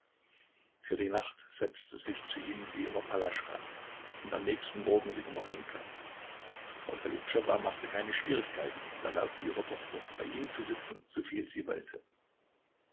für die nacht setzte sich zu ihm wie immer palaschka und am nächsten morgen wieder marinjka frau tolytschowa machte keine schwierigkeiten und erlaubte ihrer tochter bei ihm zu sitzen soviel sie wollte